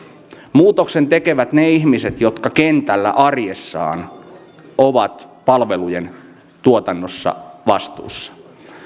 muutoksen tekevät ne ihmiset jotka kentällä arjessaan ovat palvelujen tuotannosta vastuussa